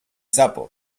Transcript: sapo